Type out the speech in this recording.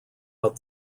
out